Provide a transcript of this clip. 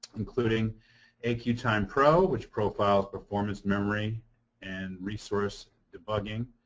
including aqtime pro, which profile performance memory and resource debugging.